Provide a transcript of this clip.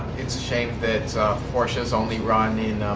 it's a shame that porsches only run in